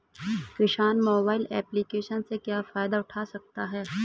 किसान mobile application से क्या फायदा उठा सकता है?